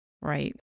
right